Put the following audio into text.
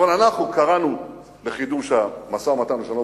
אבל אנחנו קראנו לחידוש המשא-ומתן לשלום